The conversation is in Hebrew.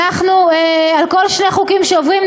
על כל שני חוקים שעוברים,